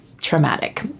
traumatic